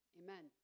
amen